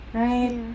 right